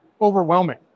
overwhelming